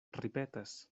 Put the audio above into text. ripetas